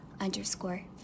underscore